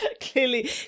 Clearly